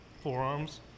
forearms